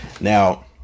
Now